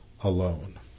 alone